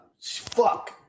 fuck